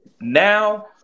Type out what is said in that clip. Now